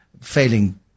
failing